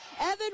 Evan